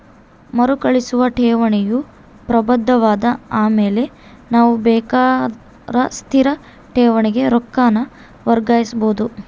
ಮರುಕಳಿಸುವ ಠೇವಣಿಯು ಪ್ರಬುದ್ಧವಾದ ಆಮೇಲೆ ನಾವು ಬೇಕಾರ ಸ್ಥಿರ ಠೇವಣಿಗೆ ರೊಕ್ಕಾನ ವರ್ಗಾಯಿಸಬೋದು